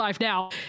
now